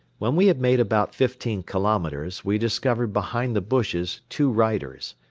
when we had made about fifteen kilometers, we discovered behind the bushes two riders.